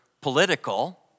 political